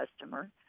customer